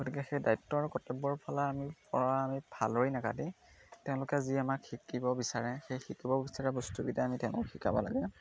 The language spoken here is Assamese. গতিকে সেই দায়িত্বৰ কৰ্তব্যৰ ফালে আমি পৰা আমি ফালৰি নাকাটি দি তেওঁলোকে যি আমাক শিকিব বিচাৰে সেই শিকিব বিচৰা বস্তুকেইটা আমি তেওঁলোকক শিকাব লাগে